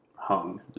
hung